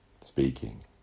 speaking